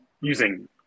using